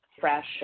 fresh